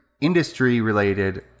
industry-related